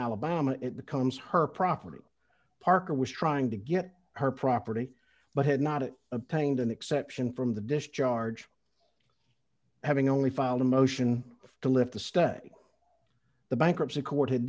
alabama it becomes her property parker was trying to get her property but had not obtained an exception from the discharge having only filed a motion to lift the study the bankruptcy court